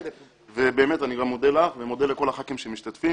אני גם מודה לך ומודה לכל הח"כים שמשתתפים.